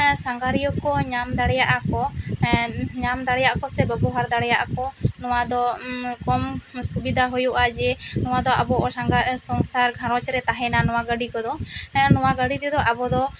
ᱥᱟᱸᱜᱷᱟᱨᱤᱭᱟᱹ ᱠᱚ ᱧᱟᱢ ᱫᱟᱲᱮᱭᱟᱜᱼᱟ ᱠᱚ ᱧᱟᱢ ᱫᱟᱲᱮᱭᱟᱜᱼᱟ ᱠᱚ ᱥᱮ ᱵᱮᱵᱚᱦᱟᱨ ᱫᱟᱲᱮᱭᱟᱜᱼᱟ ᱠᱚ ᱱᱚᱣᱟ ᱫᱚ ᱠᱚᱢ ᱥᱩᱵᱤᱫᱷᱟ ᱦᱩᱭᱩᱜᱼᱟ ᱡᱮ ᱱᱚᱣᱟᱫᱚ ᱟᱵᱚ ᱥᱟᱸᱜᱟ ᱥᱚᱝᱥᱟᱨ ᱜᱷᱟᱨᱚᱸᱡᱽ ᱨᱮ ᱛᱟᱦᱮᱱᱟ ᱱᱚᱣᱟ ᱜᱟᱹᱰᱤ ᱠᱚᱫᱚ ᱱᱚᱣᱟ ᱜᱟᱹᱰᱤ ᱛᱮᱫᱚ ᱟᱵᱚ ᱫᱚ